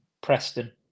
Preston